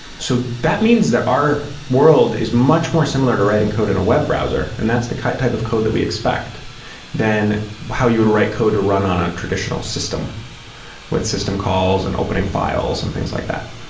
so that means that our world is much more similar to writing code in a web browser, and that's the type type of code that we expect then how you would write code to run on a traditional system with system calls and opening files and things like that.